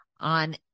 on